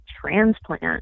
transplant